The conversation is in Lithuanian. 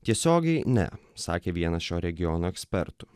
tiesiogiai ne sakė vienas šio regiono ekspertų